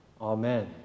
Amen